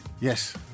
Yes